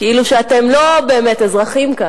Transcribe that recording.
כאילו שאתם לא באמת אזרחים כאן,